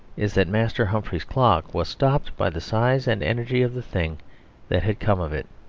is that master humphrey's clock was stopped by the size and energy of the thing that had come of it.